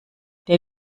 der